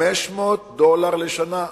500 דולר לשנה.